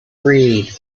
breed